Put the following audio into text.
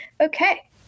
Okay